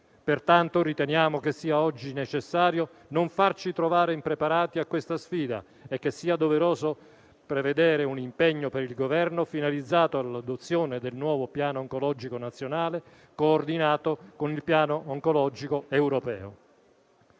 Pertanto riteniamo che sia oggi necessario non farci trovare impreparati a questa sfida e che sia doveroso prevedere un impegno per il Governo finalizzato all'adozione del nuovo Piano oncologico nazionale, coordinato con il piano oncologico europeo.